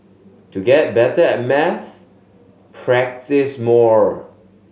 to get better at maths practise more